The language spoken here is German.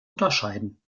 unterscheiden